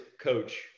coach